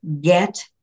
Get